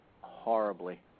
horribly